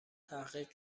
تحقیق